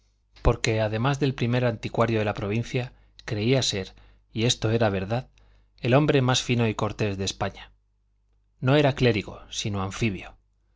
porque además del primer anticuario de la provincia creía ser y esto era verdad el hombre más fino y cortés de españa no era clérigo sino anfibio